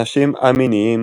אנשים א-מיניים